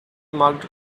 marked